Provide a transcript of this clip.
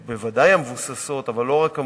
בוודאי המבוססות, אבל לא רק המבוססות,